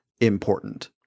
important